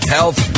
Health